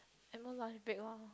at most lunch break one